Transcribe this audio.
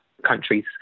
countries